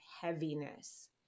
heaviness